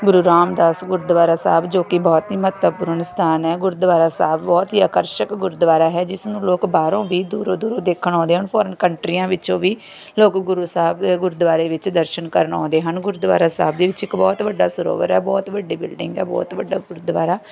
ਗੁਰੂ ਰਾਮਦਾਸ ਗੁਰਦੁਆਰਾ ਸਾਹਿਬ ਜੋ ਕਿ ਬਹੁਤ ਹੀ ਮਹੱਤਵਪੂਰਨ ਸਥਾਨ ਹੈ ਗੁਰਦੁਆਰਾ ਸਾਹਿਬ ਬਹੁਤ ਹੀ ਆਕਰਸ਼ਕ ਗੁਰਦੁਆਰਾ ਹੈ ਜਿਸ ਨੂੰ ਲੋਕ ਬਾਹਰੋਂ ਵੀ ਦੂਰੋਂ ਦੂਰੋਂ ਦੇਖਣ ਆਉਂਦੇ ਹਨ ਫੋਰਨ ਕੰਟਰੀਆਂ ਵਿੱਚੋਂ ਵੀ ਲੋਕ ਗੁਰੂ ਸਾਹਿਬ ਗੁਰਦੁਆਰੇ ਵਿੱਚ ਦਰਸ਼ਨ ਕਰਨ ਆਉਂਦੇ ਹਨ ਗੁਰਦੁਆਰਾ ਸਾਹਿਬ ਦੇ ਦੇ ਵਿੱਚ ਇੱਕ ਬਹੁਤ ਵੱਡਾ ਸਰੋਵਰ ਹੈ ਬਹੁਤ ਵੱਡੀ ਬਿਲਡਿੰਗ ਹੈ ਬਹੁਤ ਵੱਡਾ ਗੁਰਦੁਆਰਾ